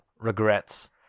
Regrets